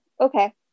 okay